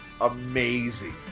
amazing